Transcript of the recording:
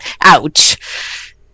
ouch